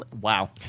wow